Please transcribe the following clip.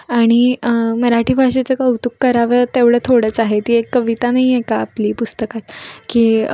आणि मराठी भाषेचं कौतुक करावं तेवढं थोडंच आहे ती एक कविता नाही आहे का आपली पुस्तकात की